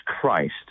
Christ